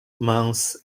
months